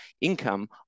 income